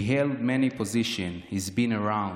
// He's held many positions, he's been around.